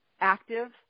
active